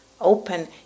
open